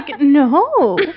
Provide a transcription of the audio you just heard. no